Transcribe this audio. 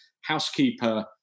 housekeeper